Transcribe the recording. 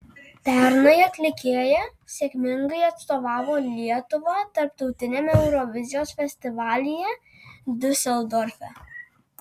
pernai atlikėja sėkmingai atstovavo lietuvą tarptautiniame eurovizijos festivalyje diuseldorfe